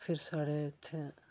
फिर साढ़ै इत्थैं